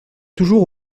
toujours